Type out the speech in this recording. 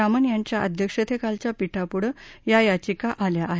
रामन यांच्या अध्यक्षतेखालच्या पीठापुढं या याचिका आल्या आहेत